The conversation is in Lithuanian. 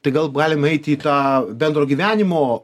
tai gal galim eit į tą bendro gyvenimo